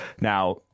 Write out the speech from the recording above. Now